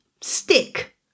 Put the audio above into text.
stick